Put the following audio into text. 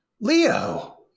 Leo